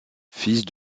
fils